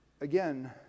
again